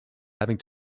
having